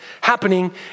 happening